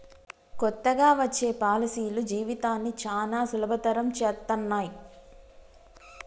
కొత్తగా వచ్చే పాలసీలు జీవితాన్ని చానా సులభతరం చేత్తన్నయి